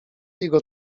jego